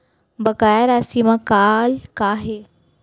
बकाया राशि मा कॉल का हे?